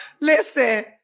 Listen